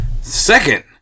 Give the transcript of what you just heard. Second